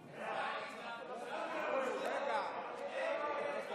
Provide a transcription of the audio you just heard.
ההצעה להעביר לוועדה את הצעת לתיקון פקודת הדיג (איכון ספינות